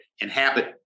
inhabit